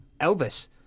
Elvis